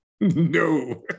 No